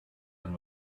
and